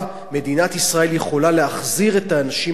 מדינת ישראל יכולה להחזיר את האנשים האלה לארצם.